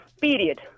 period